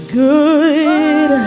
good